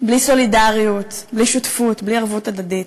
בלי סולידריות, בלי שותפות, בלי ערבות הדדית.